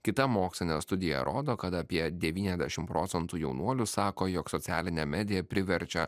kita mokslinė studija rodo kad apie devyniasdešim procentų jaunuolių sako jog socialinė medija priverčia